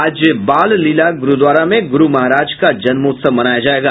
आज बाललीला गुरूद्वारा में गुरू महाराज का जन्मोत्सव मनाया जायेगा